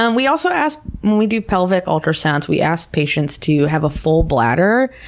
and we also ask, when we do pelvic ultrasounds, we ask patients to have a full bladder.